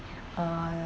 uh